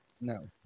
No